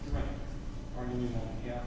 right yeah